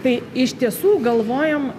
kai iš tiesų galvojom